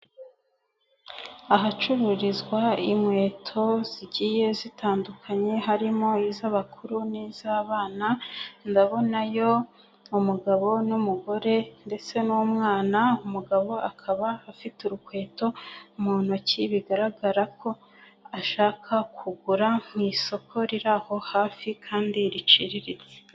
Ahacururizwa inkweto zigiye zitandukanye, harimo iz'abakuru n'iz'abana, ndabonayo umugabo n'umugore ndetse n'umwana, umugabo akaba afite urukweto mu ntoki, bigaragara ko ashaka kugura, mu isoko riri aho hafi kandi riciriritse.